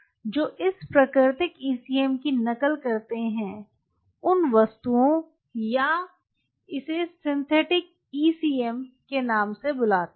तो जो इस प्राकृतिक ईसीएम की नकल करते हैं उन वस्तुओं या इसे सिंथेटिक ईसीएम के नाम से बुलाते हैं